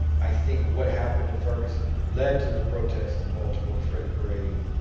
i think what happened in ferguson led to the protests in baltimore freddie gray, and,